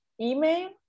email